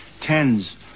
tens